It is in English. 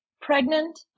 Pregnant